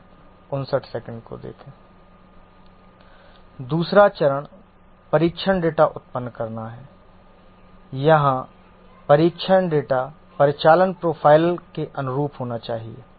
दूसरा चरण परीक्षण डेटा उत्पन्न करना है यहां परीक्षण डेटा परिचालन प्रोफ़ाइल के अनुरूप होना चाहिए